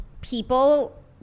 people